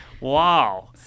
Wow